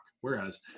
Whereas